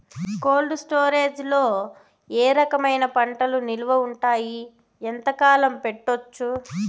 Cold storage లో ఏ రకమైన పంటలు నిలువ ఉంటాయి, ఎంతకాలం పెట్టొచ్చు?